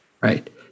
right